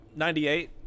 98